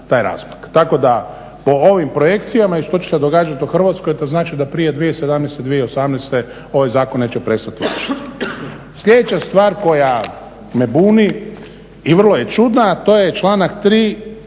Tako da po ovim projekcijama i što će se događati u Hrvatskoj to znači da prije 2017., 2018.ovaj zakon neće prestati važiti. Sljedeća stvar koja me buni i vrlo je čudna, a to je članak